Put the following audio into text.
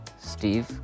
Steve